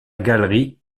galerie